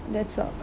that sort of